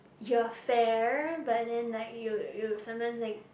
your fair but then like you you sometimes like